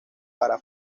para